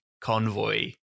convoy